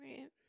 Right